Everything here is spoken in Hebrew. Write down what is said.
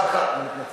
סליחה, אני מתנצל.